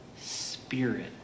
spirit